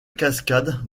cascade